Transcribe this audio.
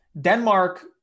Denmark